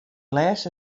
lêste